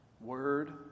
Word